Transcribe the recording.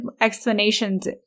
explanations